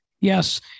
Yes